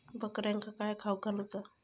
बकऱ्यांका काय खावक घालूचा?